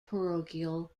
parochial